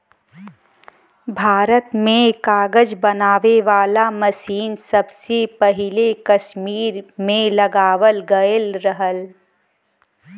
भारत में कागज बनावे वाला मसीन सबसे पहिले कसमीर में लगावल गयल रहल